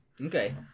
Okay